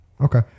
Okay